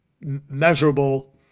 measurable